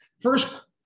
First